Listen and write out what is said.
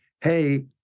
hey